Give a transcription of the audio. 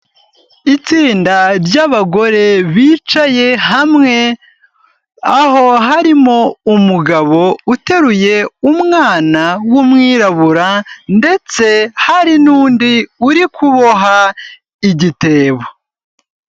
Itsinda ry'abagore bicaye hamwe, aho harimo umugabo uteruye umwana w'umwirabura ndetse hari n'undi uri kuboha igitebo.